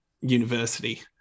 university